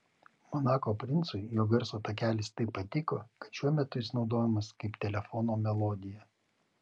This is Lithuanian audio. monako princui jo garso takelis taip patiko kad šiuo metu jis naudojamas kaip telefono melodija